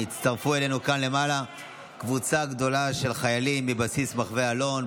הצטרפה אלינו כאן למעלה קבוצה גדולה של חיילים מבסיס מחו"ה אלון.